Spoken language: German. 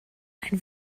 ein